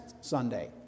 Sunday